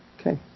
Okay